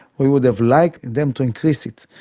we would have liked them to increase it.